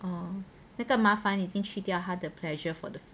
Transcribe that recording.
哦那个麻烦已经去掉他的 pleasure for the food